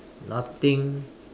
nothing